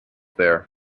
there